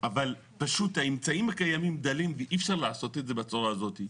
אבל פשוט האמצעים הקיימים דלים ואי אפשר לעשות את זה בצורה הזאת.